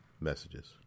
messages